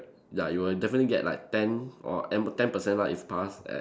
ya you will definitely get like ten or M ten percent lah if pass at